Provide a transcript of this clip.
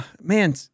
Man